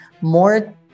more